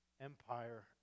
empire